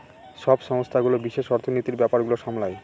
সব সংস্থাগুলো বিশেষ অর্থনীতির ব্যাপার গুলো সামলায়